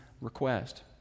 request